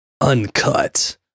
Uncut